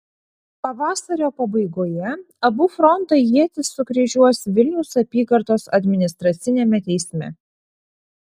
pavasario pabaigoje abu frontai ietis sukryžiuos vilniaus apygardos administraciniame teisme